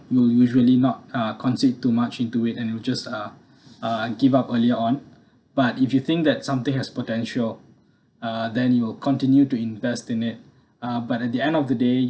you usually uh not consume too much into it and you just uh uh give up early on but if you think that something has potential uh then you will continue to invest in it uh but at the end of the day